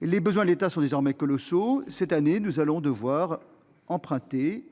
financement de l'État sont désormais colossaux : cette année, nous allons devoir emprunter